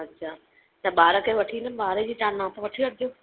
अच्छा त ॿार खे वठी ईंदमि ॿार जी तव्हां नाप वठी वठिजो